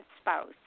spouse